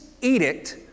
edict